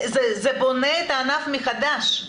זה בונה את הענף מחדש.